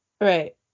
Right